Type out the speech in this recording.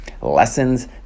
lessons